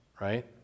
right